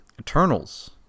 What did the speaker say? Eternals